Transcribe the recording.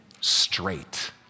straight